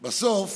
בסוף,